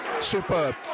superb